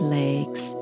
legs